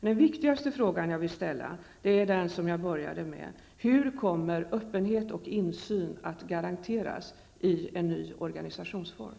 Den viktigaste frågan jag vill ställa är den jag började med: Hur kommer öppenhet och insyn att garanteras i en ny organisationsform?